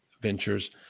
ventures